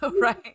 Right